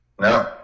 No